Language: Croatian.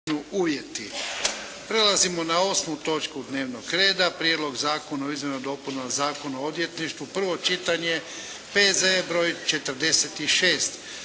Prelazimo na 8. točku dnevnog reda. 8. Prijedlog zakona o izmjenama i dopunama Zakona o odvjetništvu, prvo čitanje, P.Z.E. br. 46